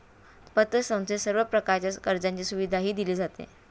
पतसंस्थेत सर्व प्रकारच्या कर्जाची सुविधाही दिली जाते